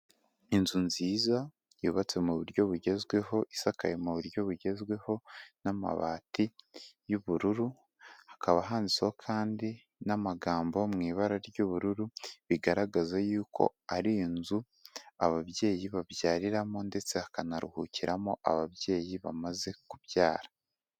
Inzu nziza yubatse mu buryo bugezweho isakaye mu buryo bugezweho n'amabati y'ubururu, hakaba handitseho kandi n'amagambo mu ibara ry'ubururu, bigaragaza yuko ari inzu ababyeyi babyariramo ndetse hakanaruhukiramo ababyeyi bamaze kubyara.